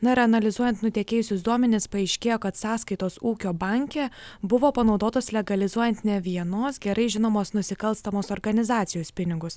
na ir analizuojant nutekėjusius duomenis paaiškėjo kad sąskaitos ūkio banke buvo panaudotos legalizuojant ne vienos gerai žinomos nusikalstamos organizacijos pinigus